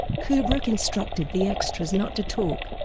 kubrick instructed the extras not to talk,